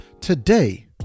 Today